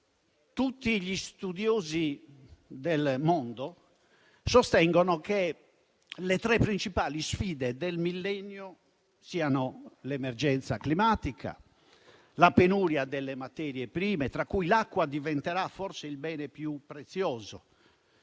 tutti gli studiosi del mondo sostengono che le tre principali sfide del millennio siano l'emergenza climatica, la penuria delle materie prime (tra cui l'acqua, che diventerà forse il bene più prezioso),